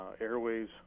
Airways